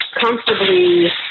comfortably